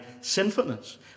sinfulness